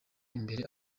imbere